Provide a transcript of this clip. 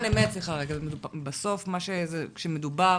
כשמדובר